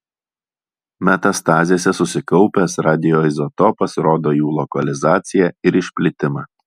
metastazėse susikaupęs radioizotopas rodo jų lokalizaciją ir išplitimą